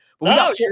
No